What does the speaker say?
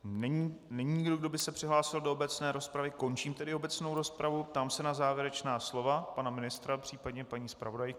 Není nikdo, kdo by se přihlásil do obecné rozpravy, končím tedy obecnou rozpravu a ptám se na závěrečná slova pana ministra, případně paní zpravodajky.